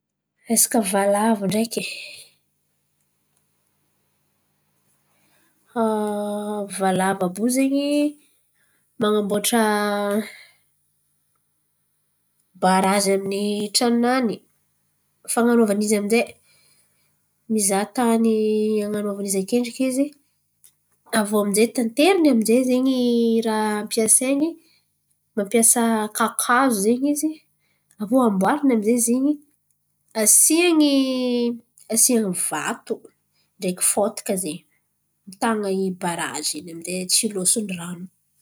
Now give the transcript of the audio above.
Resaka valavo ndraiky valavo àby io ze man̈aboatry barazy amin’ny trano-nany. Fan̈anovany izy aminjay mizaha tany an̈anovany izy akendriky izy. Aviô amizay tateriny raha ampiasainy mampiasa kakazo aviô amboarany asian̈y asian̈y vato ndraiky fotaka zen̈y mitan̈a barazy in̈y amizay tsy loson’ny rano.